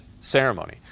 ceremony